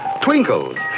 Twinkle's